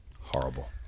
horrible